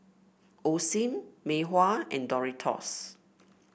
Osim Mei Hua and Doritos